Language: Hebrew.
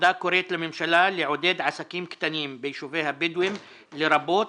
הוועדה קוראת לממשלה לעודד עסקים קטנים ביישובי הבדואים לרבות